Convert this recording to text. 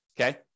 Okay